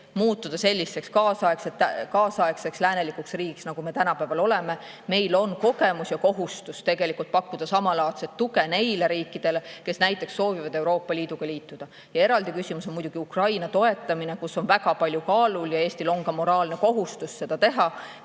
muutuda selliseks kaasaegseks läänelikuks riigiks, nagu me tänapäeval oleme. Meil on kogemused ja meil on kohustus pakkuda samalaadset tuge neile riikidele, kes näiteks soovivad Euroopa Liiduga liituda. Eraldi küsimus on muidugi Ukraina toetamine, kus on väga palju kaalul. Eestil on ka moraalne kohustus seda teha.